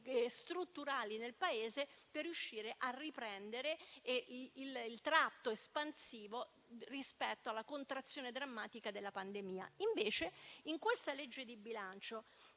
strutturali nel Paese per riuscire a riprendere il tratto espansivo rispetto alla contrazione drammatica della pandemia. In questa legge di bilancio,